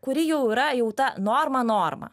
kuri jau yra jau ta norma norma